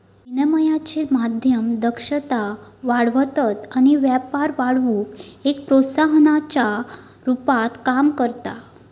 विनिमयाचे माध्यम दक्षता वाढवतत आणि व्यापार वाढवुक एक प्रोत्साहनाच्या रुपात काम करता